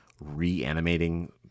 reanimating